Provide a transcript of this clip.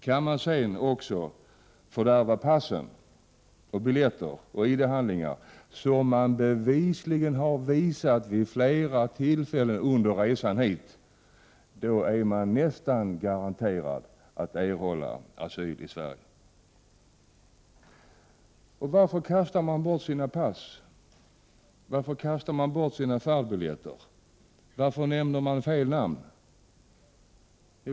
Kan man sedan fördärva pass, biljetter och ID-handlingar, som man bevisligen har visat vid flera tillfällen under resan, är man nästan garanterad att erhålla asyl i Sverige. Varför kastar man bort pass och färdbiljetter? Varför nämner man fel namn?